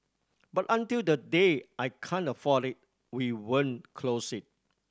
but until the day I can't afford it we won't close it